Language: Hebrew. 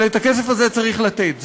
אבל את הכסף הזה צריך לתת.